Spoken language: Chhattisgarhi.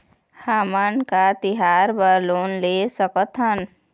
हमन का तिहार बर लोन ले सकथन?